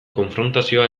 konfrontazioa